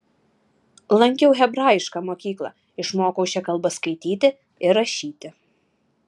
lankiau hebrajišką mokyklą išmokau šia kalba skaityti ir rašyti